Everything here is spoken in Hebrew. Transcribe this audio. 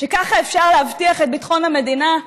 שככה אפשר להבטיח את ביטחון המדינה?